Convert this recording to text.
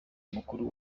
mukuru